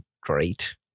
great